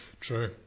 True